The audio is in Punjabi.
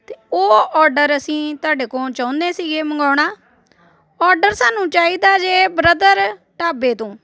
ਅਤੇ ਉਹ ਔਡਰ ਅਸੀਂ ਤੁਹਾਡੇ ਕੋਲੋਂ ਚਾਹੁੰਦੇ ਸੀਗੇ ਮੰਗਵਾਉਣਾ ਔਡਰ ਸਾਨੂੰ ਚਾਹੀਦਾ ਜੇ ਬ੍ਰਦਰ ਢਾਬੇ ਤੋਂ